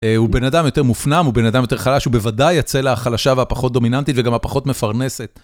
הוא בן אדם יותר מופנם, הוא בן אדם יותר חלש, הוא בוודאי הצלע החלשה והפחות דומיננטית וגם הפחות מפרנסת.